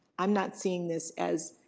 i'm not seeing this as